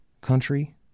country